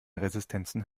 resistenzen